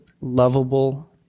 lovable